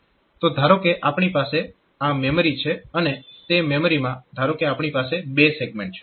તો ધારો કે આપણી પાસે આ મેમરી છે અને તે મેમરીમાં ધારો કે આપણી પાસે બે સેગમેન્ટ છે